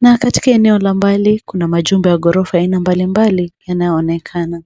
na katika eneo la mbali kuna majumba ya ghorofa ya aina mbalimbali yanaonekana.